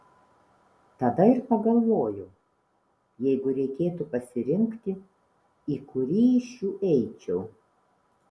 tada ir pagalvojau jeigu reikėtų pasirinkti į kurį iš šių eičiau